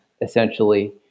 essentially